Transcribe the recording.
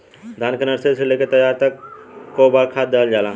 धान के नर्सरी से लेके तैयारी तक कौ बार खाद दहल जाला?